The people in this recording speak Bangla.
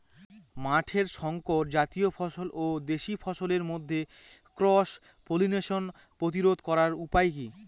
মাঠের শংকর জাতীয় ফসল ও দেশি ফসলের মধ্যে ক্রস পলিনেশন প্রতিরোধ করার উপায় কি?